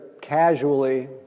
casually